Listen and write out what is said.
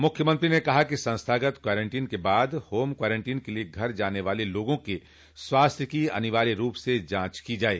मुख्यमंत्री ने कहा कि संस्थागत क्वारेंटीन के बाद होम क्वारेंटीन के लिये घर जाने वाले लोगों के स्वास्थ्य की अनिवार्य रूप से जांच की जाये